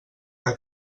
que